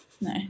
no